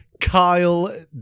Kyle